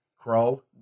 crow